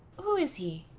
who is he?